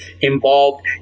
involved